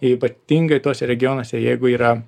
ypatingai tuose regionuose jeigu yra